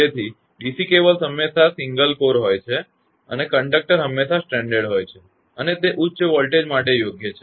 તેથી DC cables હંમેશાં single core હોય છે અને કંડક્ટર હંમેશાં સ્ટ્રેંડેડ હોય છે અને તે ઉચ્ચ વોલ્ટેજ માટે યોગ્ય છે